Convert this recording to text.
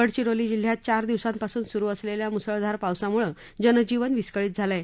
गडचिरोली जिल्ह्यात चार दिवसांपासून सुरु असलेल्या मुसळधार पावसामुळं जनजीवन विस्कळीत झालं आहे